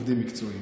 עובדים מקצועיים.